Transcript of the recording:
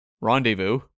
Rendezvous